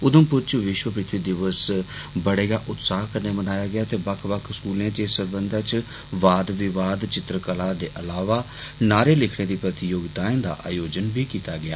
उधमपुर च विष्व पृथ्वी दिवस बड़े गै उत्साह कन्नै मनाया गेआ ते बक्ख बक्ख स्कूलें च इस सरबंधै च वाद विवाद चित्रकला दे अलावा नारे लिखने दी प्रतियोगिताएं दा आयोजन कीता गेआ